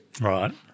Right